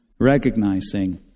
recognizing